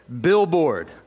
Billboard